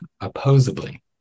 opposably